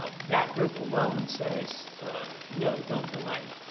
ah that group alone says no, don't delay.